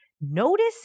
notice